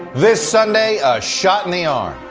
this sunday a shot in the arm.